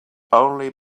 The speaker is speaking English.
only